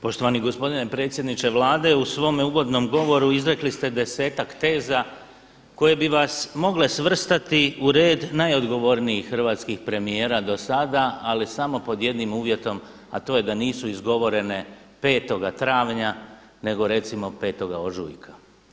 Poštovani gospodine predsjedniče Vlade u svom uvodnom govori izrekli ste desetak teza koje bi vas mogle svrstati u red najodgovornijih hrvatskih premijera do sada, ali samo pod jednim uvjetom, a to je da nisu izgovorene 5. travnja nego recimo 5. ožujka.